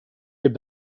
had